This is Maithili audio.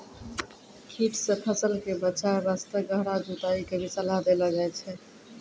कीट सॅ फसल कॅ बचाय वास्तॅ गहरा जुताई के भी सलाह देलो जाय छै